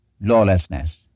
lawlessness